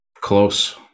close